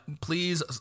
please